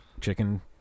chicken